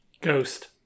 Ghost